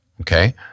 Okay